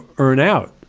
earn out,